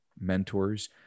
mentors